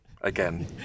Again